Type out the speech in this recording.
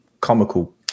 comical